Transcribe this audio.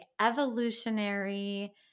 evolutionary